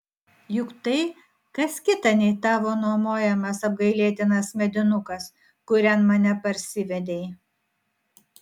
juk tai kas kita nei tavo nuomojamas apgailėtinas medinukas kurian mane parsivedei